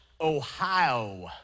Ohio